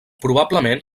probablement